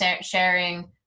sharing